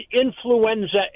influenza